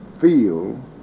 feel